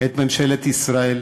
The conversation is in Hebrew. את ממשלת ישראל,